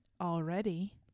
already